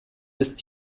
ist